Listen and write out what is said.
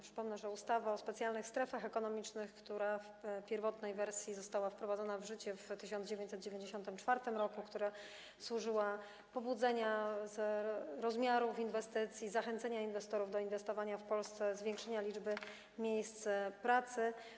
Przypomnę, że ustawa o specjalnych strefach ekonomicznych, która w pierwotnej wersji została wprowadzona w życie w 1994 r., służyła pobudzeniu inwestycji, zwiększeniu rozmiarów inwestycji, zachęceniu inwestorów do inwestowania w Polsce, zwiększeniu liczby miejsc pracy.